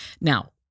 Now